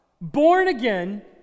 born-again